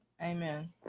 Amen